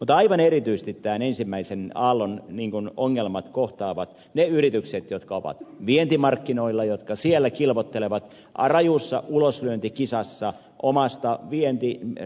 mutta aivan erityisesti tämän ensimmäisen aallon ongelmat kohtaavat ne yritykset jotka ovat vientimarkkinoilla ja jotka siellä kilvoittelevat rajussa uloslyöntikisassa omasta vientilimiitistään